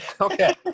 Okay